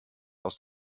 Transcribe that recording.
aus